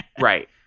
Right